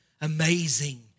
amazing